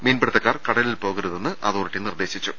മീൻപിടുത്തക്കാർ കടലിൽ പോകരുതെന്ന് അതോറിറ്റി നിർദേശിച്ചു